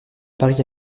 paris